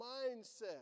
mindset